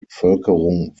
bevölkerung